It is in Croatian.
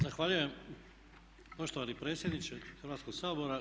Zahvaljujem poštovani predsjedniče Hrvatskog sabora.